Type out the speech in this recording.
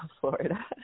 Florida